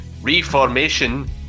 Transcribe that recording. reformation